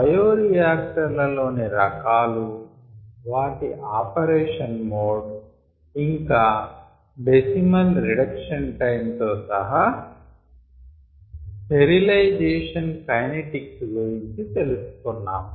బయోరియాక్టర్ల లోని రకాలు వాటి ఆపరేషన్ మోడ్ ఇంకా డెసిమల్ రిడక్షన్ టైమ్ తో సహా స్టెరిలైజేషన్ కైనెటిక్స్ గురుంచి తెలుసు కొన్నాము